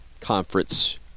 conference